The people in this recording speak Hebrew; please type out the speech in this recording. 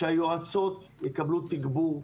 שהיועצות יקבלו תגבור,